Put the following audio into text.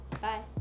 bye